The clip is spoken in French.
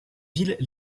villes